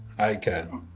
i can.